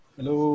Hello